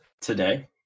today